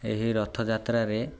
ଏହି ରଥଯାତ୍ରାରେ